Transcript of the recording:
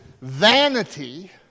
vanity